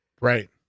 right